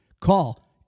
Call